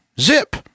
Zip